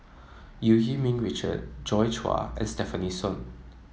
Eu Yee Ming Richard Joi Chua and Stefanie Sun